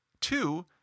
two